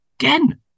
again